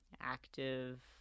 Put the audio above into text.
active